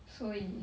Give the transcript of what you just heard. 所以